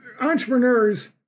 entrepreneurs